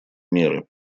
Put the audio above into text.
меры